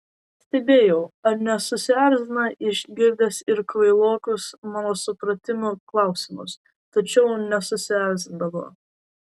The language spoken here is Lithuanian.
stebėjau ar nesusierzina išgirdęs ir kvailokus mano supratimu klausimus tačiau nesusierzindavo